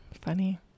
Funny